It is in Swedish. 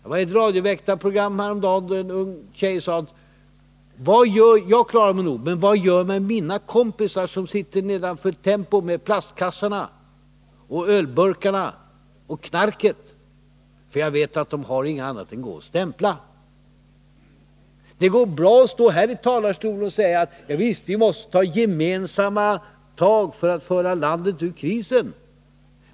I ett radioväktarprogram häromdagen sade en ung flicka: Jag klarar mig nog, men vad gör mina kompisar som sitter nedanför Tempo med plastkassarna och ölburkarna och knarket? Jag vet att de inte har något annat att göra än att gå och stämpla. Det går bra att stå här i talarstolen och säga att vi måste ta gemensamma tag för att föra landet ur krisen.